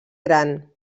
gran